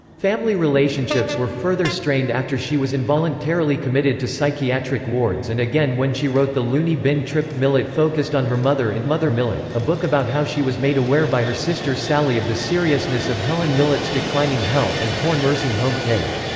family relationships were further strained after she was involuntarily committed to psychiatric wards and again when she wrote the loony bin trip millett focused on her mother in mother millett, a book about how she was made aware by her sister sally of the seriousness of helen millett's declining health and poor nursing home care.